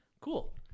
cool